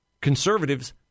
conservatives